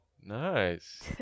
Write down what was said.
Nice